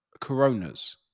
coronas